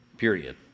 period